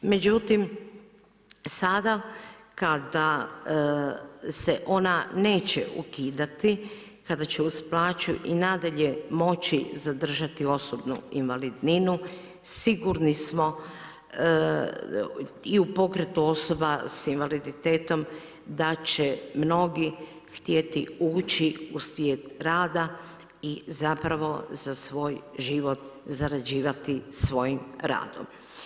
Međutim, sada kada se ona neće ukidati, kada će uz plaću i nadalje moći zadržati osobnu invalidninu sigurni smo i u pokretu osoba sa invaliditetom da će mnogi htjeti ući u svijet rada i zapravo za svoj život zarađivati svojim radom.